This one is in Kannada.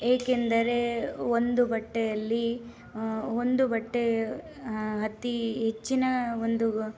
ಏಕೆಂದರೆ ಒಂದು ಬಟ್ಟೆಯಲ್ಲಿ ಒಂದು ಬಟ್ಟೆ ಅತಿ ಹೆಚ್ಚಿನ ಒಂದು